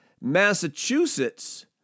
Massachusetts